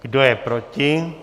Kdo je proti?